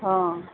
हँ